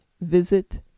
visit